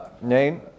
Name